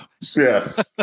yes